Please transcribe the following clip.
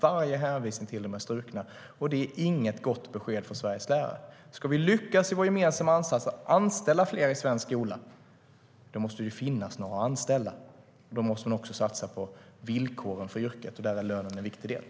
Varje hänvisning till dem är struken. Det är inget gott besked för Sveriges lärare.